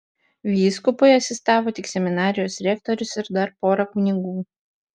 vyskupui asistavo tik seminarijos rektorius ir dar pora kunigų